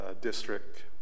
district